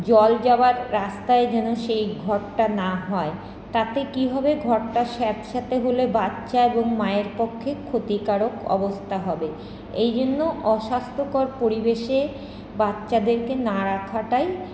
জল যাবার রাস্তায় যেন সেই ঘরটা না হয় তাতে কি হবে ঘরটা স্যাঁতসেঁতে হলে বাচ্চা এবং মায়ের পক্ষে ক্ষতিকারক অবস্থা হবে এইজন্য অস্বাস্থ্যকর পরিবেশে বাচ্চাদেরকে না রাখাটাই